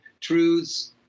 truths